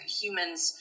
humans